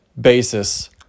basis